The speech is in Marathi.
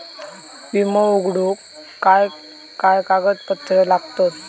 विमो उघडूक काय काय कागदपत्र लागतत?